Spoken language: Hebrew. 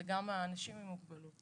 זה גם אנשים עם מוגבלות.